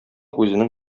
үзенең